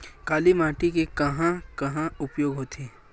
काली माटी के कहां कहा उपयोग होथे?